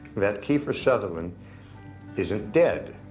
that kiefer sutherland isn't dead.